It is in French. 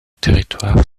territoire